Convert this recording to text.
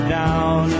down